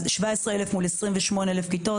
17,000 מול 28,000 כיתות,